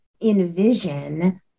envision